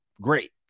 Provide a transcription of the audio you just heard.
great